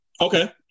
Okay